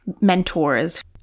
mentors